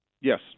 Yes